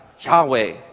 Yahweh